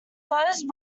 closed